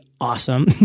awesome